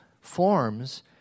forms